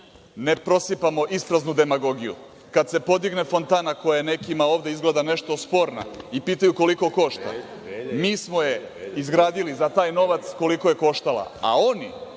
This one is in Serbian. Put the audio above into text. ne prosipamo ispraznu demagogiju. Kada se podigne fontana koja je nekima ovde izgleda nešto sporna i pitaju koliko košta, mi smo je izgradili za taj novac koliko je koštala, a oni,